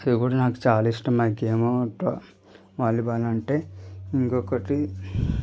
ఇది కూడ నాకు చాలా ఇష్టం నాకు ఏమో వాలీబాల్ అంటే ఇంకొకటి